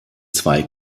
zwei